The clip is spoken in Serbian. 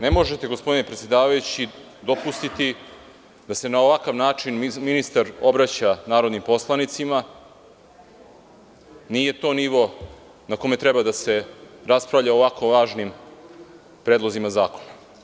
Ne možete gospodine predsedavajući dopustiti da se na ovakav način ministar obraća narodnim poslanicima, nije to nivo na kome treba da se raspravlja o ovako važnim predlozima zakona.